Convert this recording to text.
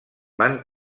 van